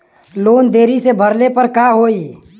Loan देरी से भरले पर का होई?